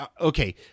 okay